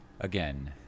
Again